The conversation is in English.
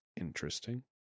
Interesting